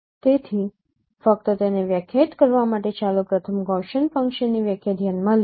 તેથી ફક્ત તેને વ્યાખ્યાયિત કરવા માટે ચાલો પ્રથમ ગૌસીયન ફંક્શનની વ્યાખ્યા ધ્યાનમાં લઈએ